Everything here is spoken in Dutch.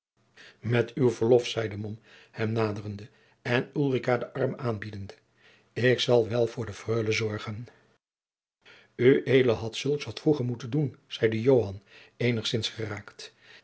met uw verlof zeide mom hem naderende en ulrica den arm aanbiedende ik zal wel voor de freule zorgen ued had zulks wat vroeger moeten doen zeide joan eenigzins geraakt